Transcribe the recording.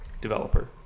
developer